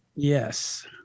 Yes